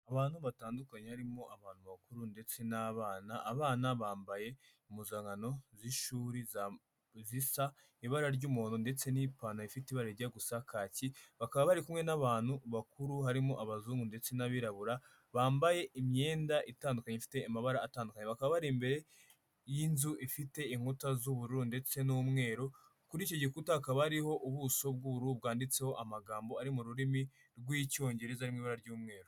Abantu batandukanye harimo abantu bakuru ndetse n'abana, abana bambaye impuzankan z'ishuri zisa ibara ry'umuhodo ndetse n'ipantaro ifite ibara rijya gusa kaki, bakaba bari kumwe n'abantu bakuru harimo abazungu ndetse n'abirabura, bambaye imyenda itandukanye ifite amabara atandukanye. Bakaba bari imbere y'inzu ifite inkuta z'ubururu ndetse n'umweru, kuri icyo gikuta hakaba hariho ubuso bw'ubururu, bwanditseho amagambo ari mu rurimi rw'icyongereza ari mw' ibara ry'umweru.